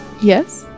yes